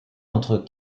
entre